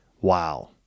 wow